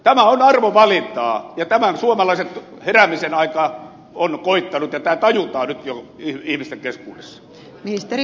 tämä on arvovalintaa ja suomalaisten heräämisen aika on koittanut ja tämä tajutaan jo nyt ihmisten keskuudessa